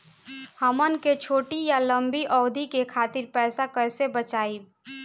हमन के छोटी या लंबी अवधि के खातिर पैसा कैसे बचाइब?